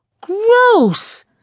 Gross